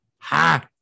ha